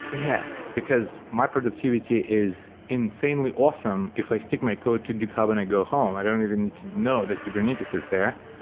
yeah because my productivity is insanely awesome if i stick my code to github and i go home. i don't even need to know that kubernetes is there.